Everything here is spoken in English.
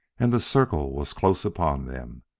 and the circle was close upon them.